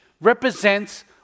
represents